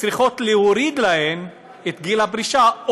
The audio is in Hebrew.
צריך להוריד להן את גיל הפרישה,